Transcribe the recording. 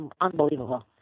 Unbelievable